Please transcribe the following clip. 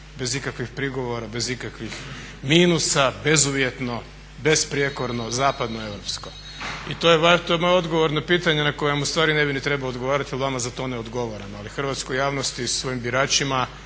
bez ikakvih prigovora, bez ikakvih minusa, bezuvjetno, besprijekorno, zapadnoeuropsko. I to je moj odgovor na pitanje na koje ustvari ne bi ni trebao odgovarati jer vama za to ne odgovaram, ali hrvatskoj javnosti, svojim biračima,